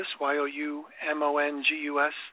y-o-u-m-o-n-g-u-s